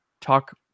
talk